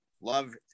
Love